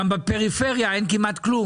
גם בפריפריה אין כמעט כלום.